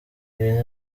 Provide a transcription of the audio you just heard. ibi